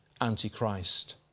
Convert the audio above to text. Antichrist